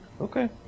Okay